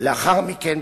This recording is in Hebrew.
ולאחר מכן,